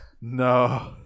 No